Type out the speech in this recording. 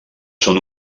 són